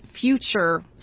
future